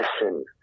listen